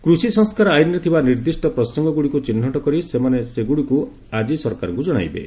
କୃଷି ସଂସ୍କାର ଆଇନ୍ରେ ଥିବା ନିର୍ଦ୍ଦିଷ୍ଟ ପ୍ରସଙ୍ଗଗୁଡିକୁ ଚିହ୍ନଟ କରି ସେମାନେ ସେଗୁଡିକୁ ଆଜି ସରକାରଙ୍କୁ ଜଣାଇବେ